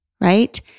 Right